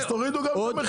אז תורידו גם את המחיר.